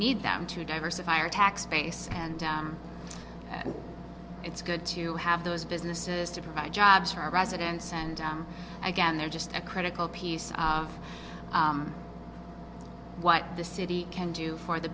need them to diversify our tax base and it's good to have those businesses to provide jobs for our residents and again they're just a critical piece of what the city can do for the